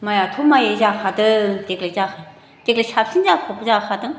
माइयाथ' माइ जाखादों देग्लाय जा देग्लाय साबसिन जाफब जाखादों